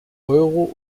euro